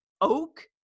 Oak